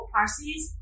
Parsis